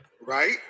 right